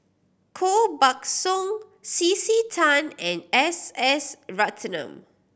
Koh Buck Song C C Tan and S S Ratnam